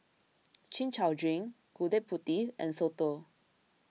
Chin Chow Drink Gudeg Putih and Soto